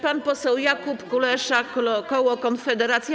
Pan poseł Jakub Kulesza, koło Konfederacja.